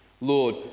Lord